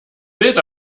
bild